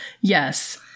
Yes